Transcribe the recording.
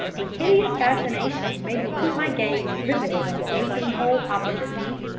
a hideous fascination made me keep my gaze riveted on the gaping hole opposite me.